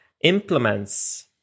implements